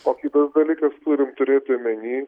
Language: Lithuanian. o kitas dalykas turim turėti omeny